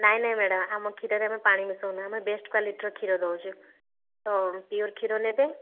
ନାଇଁ ନାଇଁ ମ୍ୟାଡ଼ାମ୍ ଆମ କ୍ଷୀରରେ ଆମେ ପାଣି ମିଶଉନା ଆମେ ବେଷ୍ଟ୍ କ୍ୱାଲିଟିର କ୍ଷୀର ଦେଉଛୁ ତ ପିୟୋର୍ କ୍ଷୀର ନେବେ